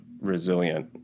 resilient